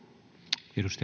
arvoisa